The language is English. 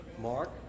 Mark